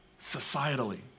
societally